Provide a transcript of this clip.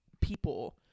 people